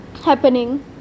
happening